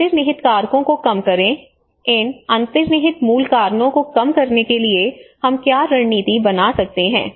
अंतर्निहित कारकों को कम करें इन अंतर्निहित मूल कारणों को कम करने के लिए हम क्या रणनीति बना सकते हैं